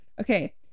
Okay